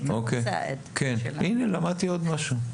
הנה, למדתי עוד משהו.